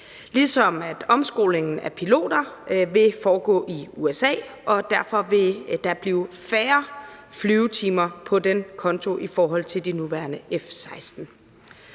ligesom omskolingen af piloter vil foregå i USA, og derfor vil der blive færre flyvetimer på den konto i forhold til de nuværende F 16.